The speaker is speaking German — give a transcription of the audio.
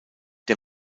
der